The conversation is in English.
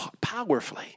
powerfully